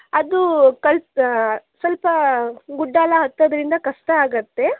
ಅದು ಕಲ್ಲು ಸ್ವಲ್ಪ ಗುಡ್ಡ ಎಲ್ಲ ಹತ್ತೋದ್ರಿಂದ ಕಷ್ಟ ಆಗತ್ತೆ